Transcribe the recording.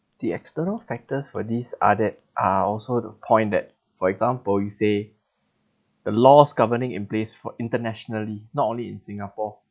the external factors for these are that are also the point that for example you say the laws governing in place for internationally not only in singapore